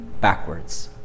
backwards